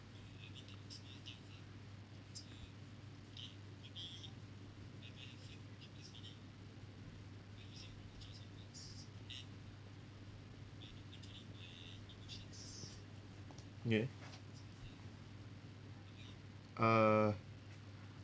ya uh